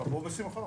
תבוא בשמחה.